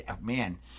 man